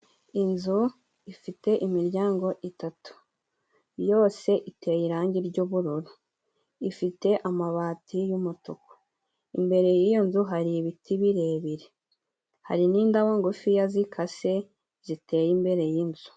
Inzu ifite imiryango itatu yose iteye irangi ry'ubururu, ifite amabati y'umutuku, imbere y'iyo nzu hari ibiti birebire, hari n'indabo ngufiya zikase ziteye imbere y'inzu.